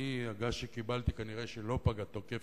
הגז שקיבלתי כנראה לא פג תוקף,